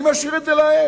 אני משאיר את זה להם.